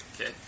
Okay